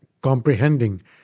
Comprehending